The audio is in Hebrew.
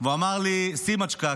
והוא אמר לי: סימצ'קה,